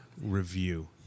review